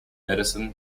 medicine